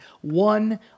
One